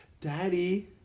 Daddy